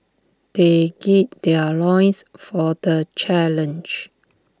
they gird their loins for the challenge